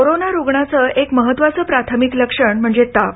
corona रूग्णाचं एक महत्वाचं प्राथमिक लक्षण म्हणजे ताप